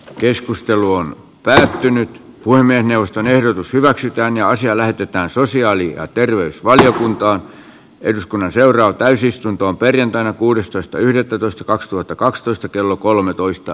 keskustelu on töhrinyt voimme neuvoston ehdotus hyväksytään ja asia lähetetään sosiaali ja terveysvaliokuntaan eduskunnan seuraa täysistuntoon perjantaina kuudestoista yhdettätoista otettaisiin huomioon valmistelussa